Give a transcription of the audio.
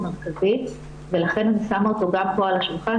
מרכזי ולכן אני שמה אותו גם פה על השולחן,